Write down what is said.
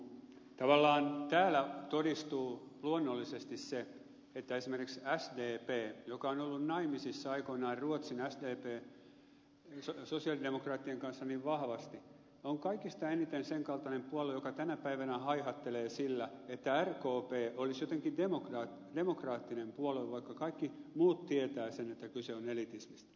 tavallaan täällä todistuu luonnollisesti se että esimerkiksi sdp joka on ollut naimisissa aikoinaan ruotsin sosiaalidemokraattien kanssa niin vahvasti on kaikista eniten senkaltainen puolue joka tänä päivänä haihattelee sillä että rkp olisi jotenkin demokraattinen puolue vaikka kaikki muut tietävät että kyse on elitismistä